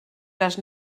les